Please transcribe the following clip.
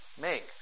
make